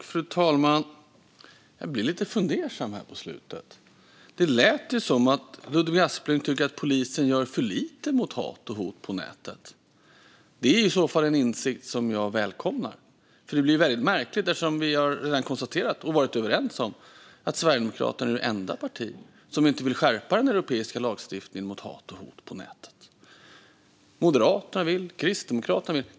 Fru talman! Jag blev lite fundersam här på slutet, för det lät som att Ludvig Aspling tycker att polisen gör för lite mot hat och hot på nätet. Det är i så fall en insikt jag välkomnar. Det är dock märkligt, för har ju redan konstaterat - och varit överens om - att Sverigedemokraterna är det enda parti som inte vill skärpa den europeiska lagstiftningen mot hat och hot på nätet. Moderaterna vill göra det, och Kristdemokraterna vill göra det.